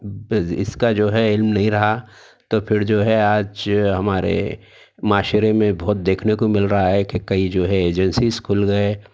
اس کا جو ہے علم نہیں رہا تو پھر جو ہے آج ہمارے معاشرے میں بہت دیکھنے کو مل رہا ہے کہ کئی جو ہے ایجنسیز کھل گئے